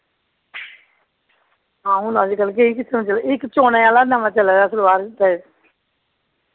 हां हून अजकल्ल केह् सिस्टम इक चोनें आह्ला नमां चले दा ऐ सलबार